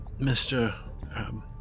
Mr